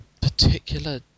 particular